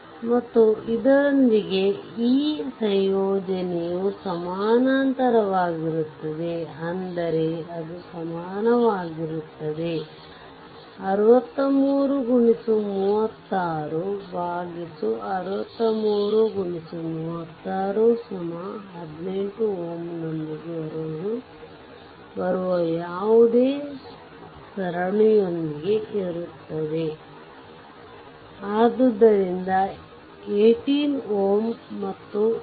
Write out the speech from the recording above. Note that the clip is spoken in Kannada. ಮತ್ತು ಇದರೊಂದಿಗೆ ಈ ಸಂಯೋಜನೆಯು ಸಮಾನಾಂತರವಾಗಿರುತ್ತದೆ ಅಂದರೆ ಅದು ಸಮಾನವಾಗಿರುತ್ತದೆ 63x36633618 Ω ನೊಂದಿಗೆ ಬರುವ ಯಾವುದೇ ಸರಣಿಯೊಂದಿಗೆ ಇರುತ್ತದೆ ಆದ್ದರಿಂದ 18 Ω ಮತ್ತು 22